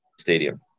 stadium